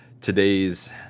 Today's